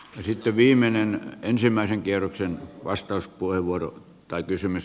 sitten viimeinen ensimmäisen kierroksen vastauspuheenvuoro tai kysymys